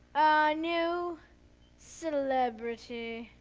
new celebrity.